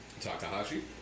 Takahashi